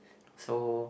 so